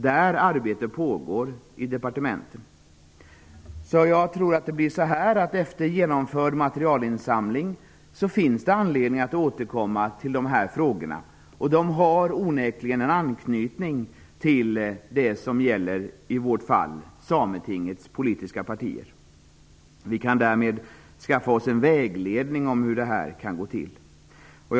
Jag tror därför att det efter genomförd materialinsamling finns anledning att återkomma till de här frågorna. De har onekligen anknytning till Sametingets politiska partier. Vi kan därmed skaffa oss en vägledning om hur de här problemen kan lösas.